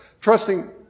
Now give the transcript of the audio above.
trusting